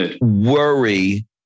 worry